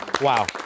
Wow